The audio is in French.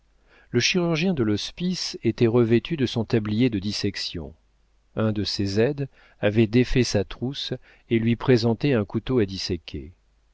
le chirurgien de l'hospice était revêtu de son tablier de dissection un de ses aides avait défait sa trousse et lui présentait un couteau à disséquer